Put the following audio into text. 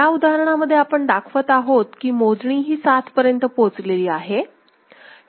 या उदाहरणामध्ये आपण दाखवत आहोत कि मोजणी ही 7 पर्यंत पोहोचलेली आहे